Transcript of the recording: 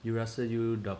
you rasa you